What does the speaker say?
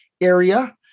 area